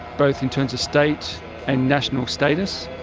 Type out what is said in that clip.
both in terms of state and national status.